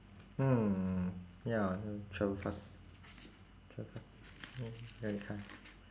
mm ya travel fast travel fast but you can't